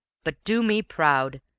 but, do me proud,